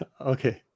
Okay